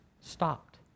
stopped